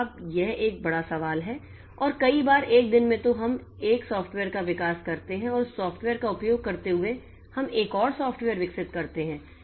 तो यह अब एक बड़ा सवाल है और कई बार एक दिन में तो हम एक सॉफ्टवेयर का विकास करते हैं और उस सॉफ्टवेयर का उपयोग करते हुए हम एक और सॉफ्टवेयर विकसित करते हैं